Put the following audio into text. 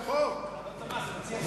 להעלות את המס ב-0.5%.